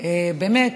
באמת